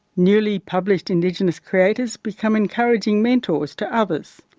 newly published indigenous creators become encouraging mentors to others,